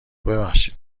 ببخشید